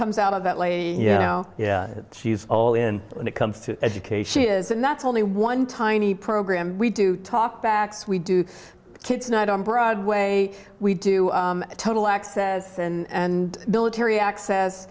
comes out of that lady you know yeah she's all in when it comes to education is and that's only one tiny program we do talkbacks we do kids not on broadway we do total access and military access